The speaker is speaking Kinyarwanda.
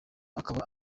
akaba